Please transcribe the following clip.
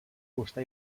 fusta